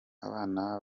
abana